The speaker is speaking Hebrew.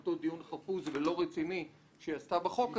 אותו דיון חפוז ולא רציני שהיא עשתה בחוק הזה,